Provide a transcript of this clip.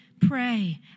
Pray